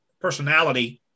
Personality